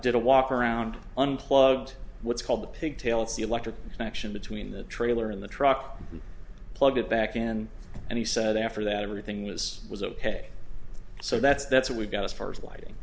did a walk around unplugged what's called the pigtails the electric connection between the trailer in the truck and plugged it back in and he said after that everything is was ok so that's that's what we've got as far as lighting